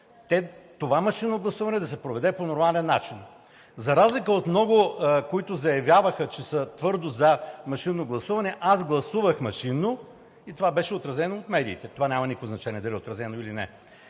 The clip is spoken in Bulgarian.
това машинно гласуване да се проведе по нормалния начин. За разлика от много, които заявяваха, че са твърдо за машинно гласуване, аз гласувах машинно и това беше отразено от медиите. Няма никакво значение дали е отразено или не.